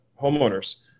homeowners